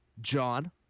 john